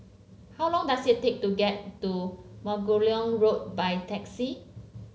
how long does it take to get to Margoliouth Road by taxi